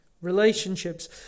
relationships